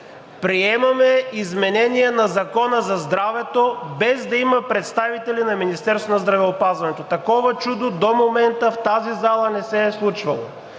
приемаме изменение на Закона за здравето, без да има представители на Министерството на здравеопазването! Такова чудо до момента в тази зала не се е случвало.